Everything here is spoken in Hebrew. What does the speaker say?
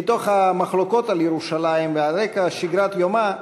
מתוך המחלוקות על ירושלים ועל רקע שגרת יומה,